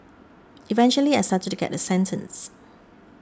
eventually I started to get a sentence